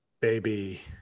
Baby